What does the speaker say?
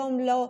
יום לא,